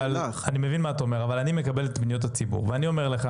אבל אני מקבל את פניות הציבור ואני אומר לך